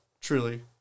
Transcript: truly